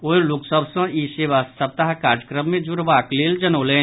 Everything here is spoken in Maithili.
ओ लोकसभ सॅ ई सेवा सप्ताह कार्यक्रम मे जुड़बाक लेल जनौलनि